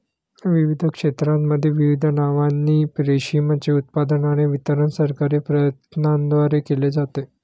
विविध क्षेत्रांमध्ये विविध नावांनी रेशीमचे उत्पादन आणि वितरण सरकारी प्रयत्नांद्वारे केले जाते